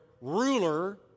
ruler